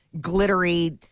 glittery